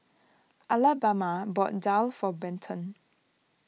Alabama bought Daal for Benton